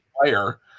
player